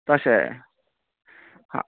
तशें आं